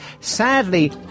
sadly